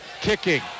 Kicking